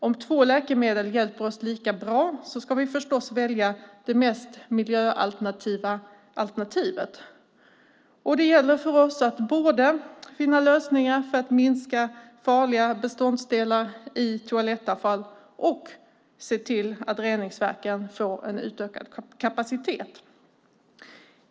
Om två läkemedel hjälper oss lika bra ska vi förstås välja det mest miljövänliga alternativet. Det gäller för oss att både finna lösningar för att minska farliga beståndsdelar i toalettavfall och se till att reningsverken får en utökad kapacitet.